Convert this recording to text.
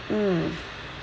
mm